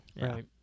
Right